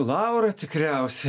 laura tikriausiai